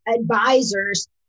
advisors